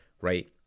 right